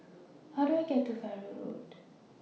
How Do I get to Farrer Road